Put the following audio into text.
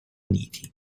uniti